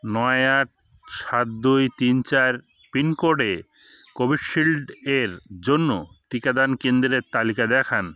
নয় আট সাত দুই তিন চার পিনকোডে কোভিশিল্ড এর জন্য টিকাদান কেন্দ্রের তালিকা দেখান